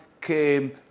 came